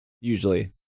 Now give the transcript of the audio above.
usually